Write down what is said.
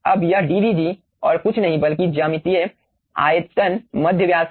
अब यह dVg और कुछ नहीं बल्कि ज्यामितीय आयतन माध्य व्यास है